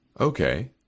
Okay